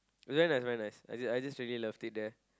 very nice very nice I just I just really loved it there